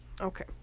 Okay